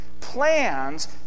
Plans